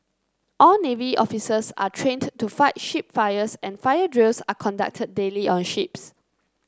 all navy officers are trained to fight ship fires and fire drills are conducted daily on ships